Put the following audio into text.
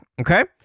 okay